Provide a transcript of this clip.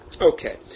Okay